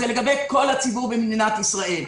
זה לגבי כל הציבור במדינת ישראל.